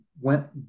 went